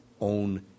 own